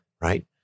Right